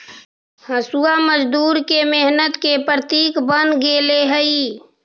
हँसुआ मजदूर के मेहनत के प्रतीक बन गेले हई